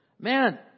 Man